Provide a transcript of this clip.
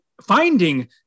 finding